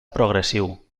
progressiu